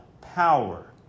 power